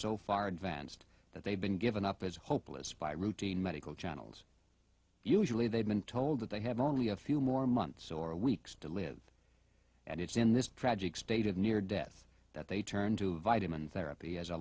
so far advanced that they've been given up as hopeless by routine medical channels usually they've been told that they have only a few more months or weeks to live and it's in this tragic state of near death that they turn to vitamin therapy as a